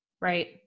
Right